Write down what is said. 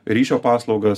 ryšio paslaugas